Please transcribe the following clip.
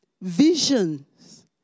Visions